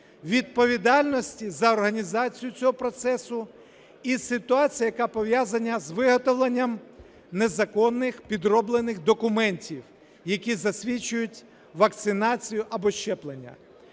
відповідальності за організацію цього процесу. І ситуація, яка пов'язана з виготовленням незаконних підроблених документів, які засвідчують вакцинацію або щеплення.